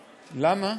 למה?